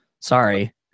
sorry